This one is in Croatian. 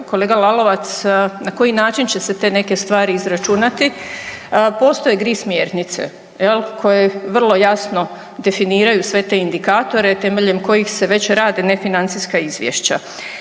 kolega Lalovac, na koji način će se te neke stvari izračunati postoje GRI smjernice jel, koje vrlo jasno definiraju sve te indikatore temeljem kojih se već rade nefinancijska izvješća.